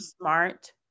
smart